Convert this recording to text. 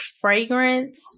Fragrance